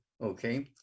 Okay